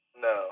No